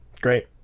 Great